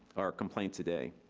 or complaints a day.